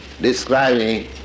describing